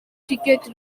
ticket